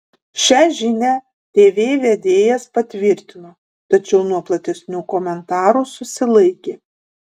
šią žinią tv vedėjas patvirtino tačiau nuo platesnių komentarų susilaikė